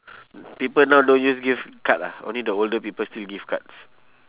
people now don't use give card ah only the older people still give cards